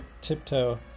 Tiptoe